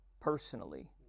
personally